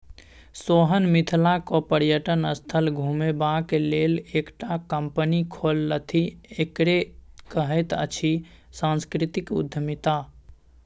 सोहन मिथिलाक पर्यटन स्थल घुमेबाक लेल एकटा कंपनी खोललथि एकरे कहैत अछि सांस्कृतिक उद्यमिता